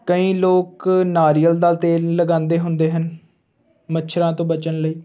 ਕਈ ਲੋਕ ਨਾਰੀਅਲ ਦਾ ਤੇਲ ਲਗਾਉਂਦੇ ਹੁੰਦੇ ਹਨ ਮੱਛਰਾਂ ਤੋਂ ਬਚਣ ਲਈ